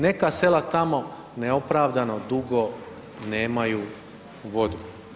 Neka sela tamo neopravdano dugo nemaju vodu.